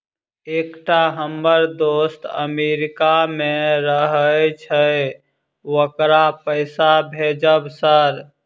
एकटा हम्मर दोस्त अमेरिका मे रहैय छै ओकरा पैसा भेजब सर?